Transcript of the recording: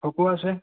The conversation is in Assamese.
ভকুৱা আছে